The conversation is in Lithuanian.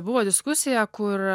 buvo diskusija kur